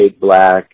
black